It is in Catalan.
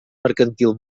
mercantil